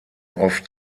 oft